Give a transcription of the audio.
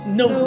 no